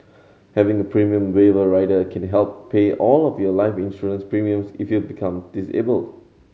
having a premium waiver rider can help pay all of your life insurance premiums if you become disabled